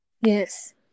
Yes